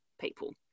people